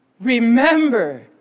Remember